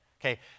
okay